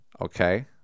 okay